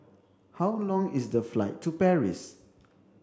how long is the flight to Paris